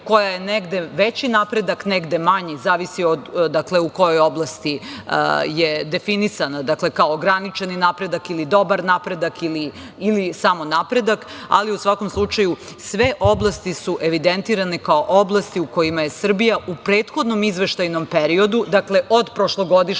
koja je negde veći napredak, negde manji, zavisi u kojoj oblasti je definisan, dakle, kao ograničeni napredak ili dobar napredak ili samo napredak, ali u svakom slučaju, sve oblasti su evidentirane kao oblasti u kojima je Srbija u prethodnom izveštajnom periodu, dakle, od prošlogodišnjeg